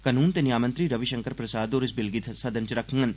कनून ते न्याय मंत्री रविषंकर प्रसाद होर इस बिल गी सदन च रक्खडन